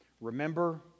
remember